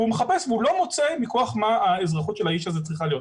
הוא מחפש והוא לא מוצא מכוח מה האזרחות של האיש הזה צריכה להיות.